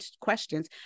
questions